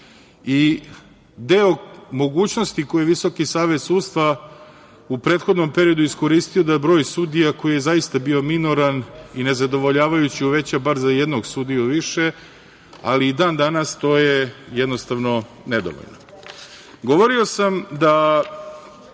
i deo mogućnosti koji je Visoki savet sudstva u prethodnom periodu iskoristio da broj sudija koji je zaista bio minoran i nezadovoljavajući uveća bar za jednog sudiju više, ali i dan danas to je, jednostavno, nedovoljno. Govorio sam da